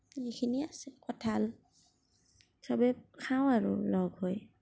এইখিনিয়েই আছে কঁঠাল সবেই খাওঁ আৰু লগ হৈ